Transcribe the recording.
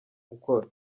gukora